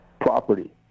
property